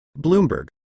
Bloomberg